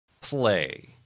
play